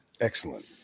Excellent